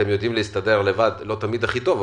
אתם יודעים להסתדר לבד לא תמיד הכי טוב,